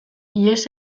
ihes